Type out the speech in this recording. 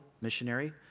missionary